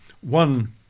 one